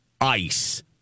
ice